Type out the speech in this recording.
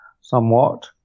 somewhat